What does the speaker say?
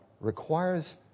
requires